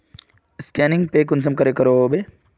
Scanning पे कुंसम करे करो होबे?